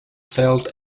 sailed